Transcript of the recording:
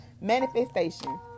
manifestation